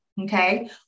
Okay